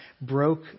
broke